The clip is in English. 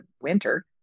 winter